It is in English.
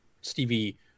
Stevie